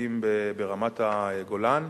המשקיפים ברמת-הגולן.